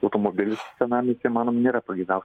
automobilis senamiestyje manom nėra pageidau